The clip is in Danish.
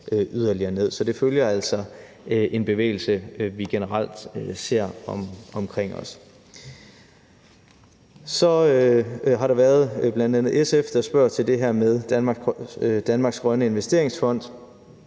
yderligere ned. Så det følger altså en bevægelse, som vi generelt ser omkring os. Kl. 14:30 Så har SF bl.a. spurgt om det her med Danmarks Grønne Investeringsfond.